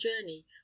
journey